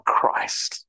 Christ